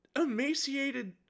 emaciated